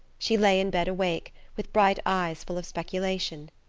she lay in bed awake, with bright eyes full of speculation.